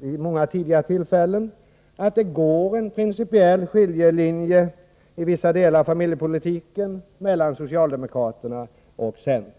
vid många tidigare tillfällen — att det i vissa delar av familjepolitiken går en principiell skiljelinje mellan socialdemokraterna och centern.